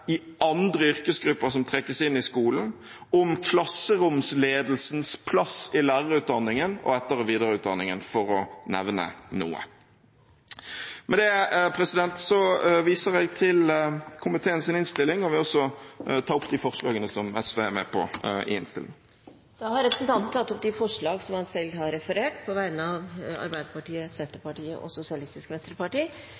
i andre yrkesgrupper som trekkes inn i skolen, om klasseromsledelsens plass i lærerutdanningen og etter- og videreutdanningen, for å nevne noe. Med dette viser jeg til komiteens innstilling og vil også ta opp de forslagene som SV er med på i innstillingen. Representanten Audun Lysbakken har tatt opp de forslagene han refererte til, på vegne av Arbeiderpartiet,